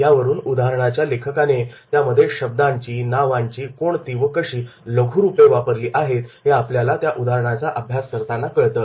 यावरून उदाहरणाच्या लेखकाने त्यामध्ये शब्दांची नावांची कोणती व कशी लघू रूपे वापरली आहेत हे आपल्याला त्या उदाहरणाचा अभ्यास करताना कळतं